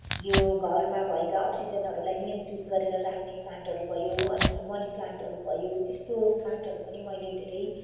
यो घरमा भएका अक्सिजनहरूलाई नियन्त्रित गरेर राख्ने प्लान्टहरू भयो अनि मनी प्लान्टहरू भयो त्यस्तो प्लान्टहरू पनि मैले धेरै